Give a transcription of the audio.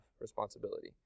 responsibility